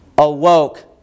awoke